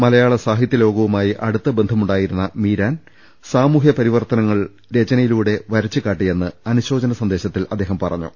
മലയാള സാഹിത്യ ലോകവുമായി അടുത്ത ബന്ധമുണ്ടായിരുന്ന മീരാൻ സാമൂഹ്യ പരിവർത്തനങ്ങൾ രചനകളിലൂടെ വരച്ച് കാട്ടിയെന്ന് അനുശോചന സന്ദേ ശത്തിൽ അദ്ദേഹം പറഞ്ഞു